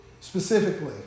specifically